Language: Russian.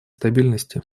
стабильности